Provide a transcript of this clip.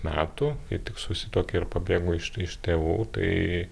metų kai tik susituokė ir pabėgo iš iš tėvų tai